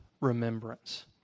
remembrance